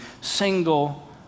single